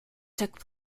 took